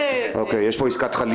אוקיי, יש פה עסקת חליפין?